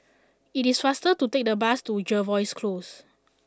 it is faster to take the bus to Jervois Close